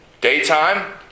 daytime